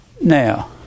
Now